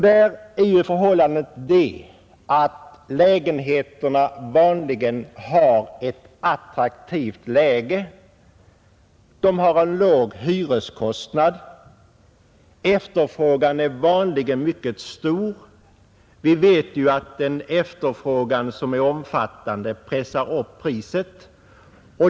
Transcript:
Där är ju förhållandet det att lägenheterna vanligen har ett attraktivt läge, de har en låg hyreskostnad och efterfrågan är vanligen — med vissa variationer — stor. Vi vet också att en stor efterfrågan på sådana bostadsrätter pressar upp priset.